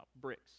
bricks